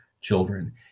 children